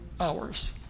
hours